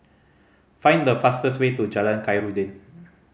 find the fastest way to Jalan Khairuddin